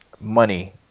money